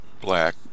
Black